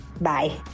Bye